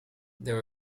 there